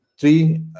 three